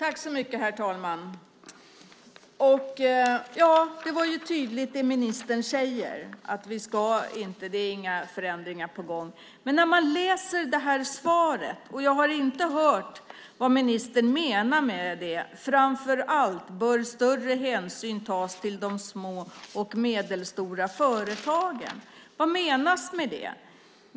Herr talman! Det som ministern säger är ju tydligt. Det är inga förändringar på gång. Jag har inte hört vad ministern menar med det som står i svaret: Framför allt bör större hänsyn tas till de små och medelstora företagen. Vad menas med det?